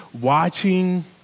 watching